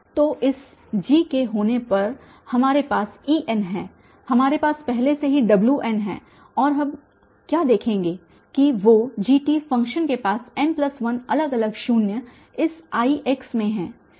तो इस G के होने पर हमारे पास En है हमारे पास पहले से ही Wn है और अब हम क्या देखेंगे कि वो Gt फ़ंक्शन के पास n2 अलग अलग शून्य इस Ix में हैं